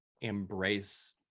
embrace